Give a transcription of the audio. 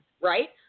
right